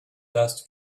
last